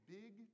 big